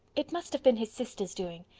it must have been his sister's doing.